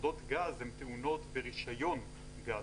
ועבודות גז הן טעונות ברישיון גז.